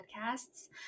podcasts